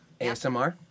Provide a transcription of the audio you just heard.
ASMR